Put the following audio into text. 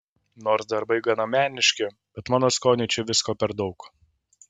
nors darbai gana meniški bet mano skoniui čia visko per daug